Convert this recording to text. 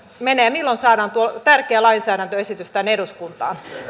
menee ja milloin saadaan tuo tärkeä lainsäädäntöesitys tänne eduskuntaan